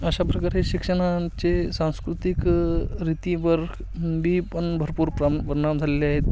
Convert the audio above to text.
अशा प्रकारे शिक्षणाचे सांस्कृतिक रीतींवर बी पण भरपूर प्रम परिणाम झालेले आहेत